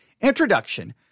Introduction